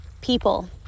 people